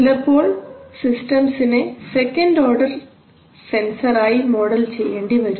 ചിലപ്പോൾ സിസ്റ്റംസിനെ second order sensor ആയി മോഡൽ ചെയ്യേണ്ടിവരും